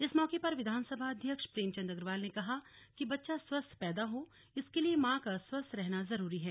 इस मौके पर विधानसभा अध्यक्ष प्रेमचन्द अग्रवाल ने कहा कि बच्चा स्वस्थ पैदा हो इसके लिए माँ का स्वस्थ रहना जरूरी है